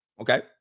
Okay